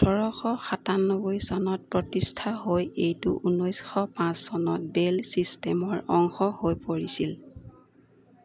ওঠৰশ সাতান্নবৈ চনত প্ৰতিষ্ঠা হৈ এইটো ঊনৈছশ পাঁচ চনত বেল ছিষ্টেমৰ অংশ হৈ পৰিছিল